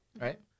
Right